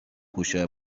گوشیهای